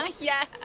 Yes